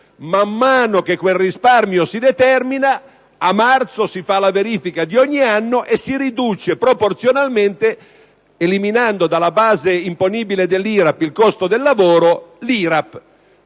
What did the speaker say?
Man mano che quel risparmio si determina (a marzo si farà la verifica di ogni anno) si ridurrà proporzionalmente l'IRAP, eliminandone dalla base imponibile il costo del lavoro.